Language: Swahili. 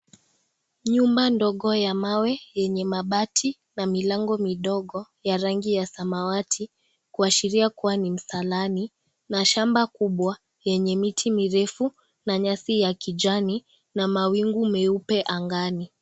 Nyumba ndogo ya mawe yenye mabati na milango midogo ya rangi ya samawati kuashiria kuwa ni msalani na shamba kubwa yenue miti mirefu na nyasi ya kijani na mawingu meupe angani.